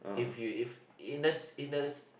if you if in the in the